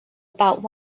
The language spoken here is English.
about